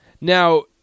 Now